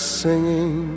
singing